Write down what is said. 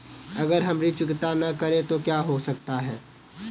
अगर हम ऋण चुकता न करें तो क्या हो सकता है?